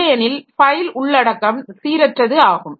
இல்லையெனில் ஃபைல் உள்ளடக்கம் சீரற்றது ஆகும்